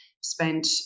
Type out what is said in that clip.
spent